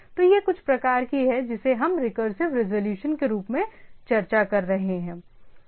तो यह कुछ प्रकार की है जिसे हम रिकरसिव रिज़ॉल्यूशन के रूप में चर्चा कर रहे हैं